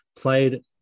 played